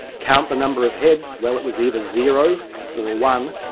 count the number of heads, well it was either zero or one,